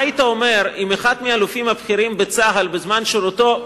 מה היית אומר אם אחד מהאלופים הבכירים בצה"ל בזמן שירותו,